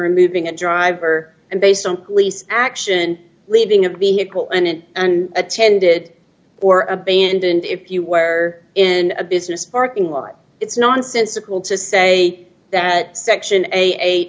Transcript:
removing a driver and based on police action leaving of being equal and and attended or abandoned if you were in a business parking lot it's nonsensical to say that section eight